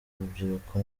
urubyiruko